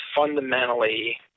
fundamentally